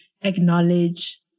acknowledge